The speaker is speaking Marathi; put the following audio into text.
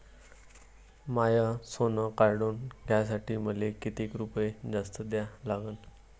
माय सोनं काढून घ्यासाठी मले कितीक रुपये जास्त द्या लागन?